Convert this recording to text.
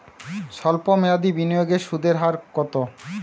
সল্প মেয়াদি বিনিয়োগের সুদের হার কত?